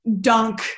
Dunk